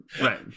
Right